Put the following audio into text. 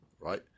right